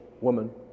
woman